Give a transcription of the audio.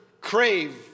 crave